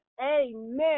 amen